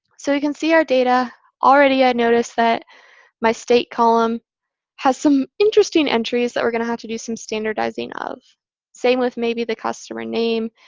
so you can see our data. already, i notice that my state column has some interesting entries that we're going to have to do some standardizing of same with maybe the customer name.